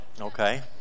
okay